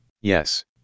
Yes